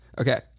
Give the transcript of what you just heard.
Okay